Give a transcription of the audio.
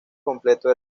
completo